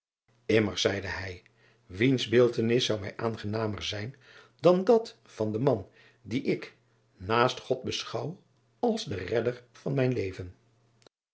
mmers zeide hij wiens beeldtenis zou mij aangenamer zijn dan dat van den man dien ik naast od beschouw als den redder van mijn leven